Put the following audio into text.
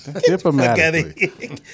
Diplomatically